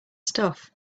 stuff